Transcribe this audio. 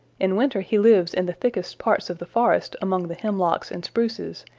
in winter he lives in the thickest parts of the forest among the hemlocks and spruces,